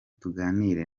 tuganire